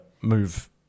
move